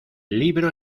libro